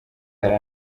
yari